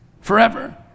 forever